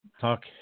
talk